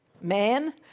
man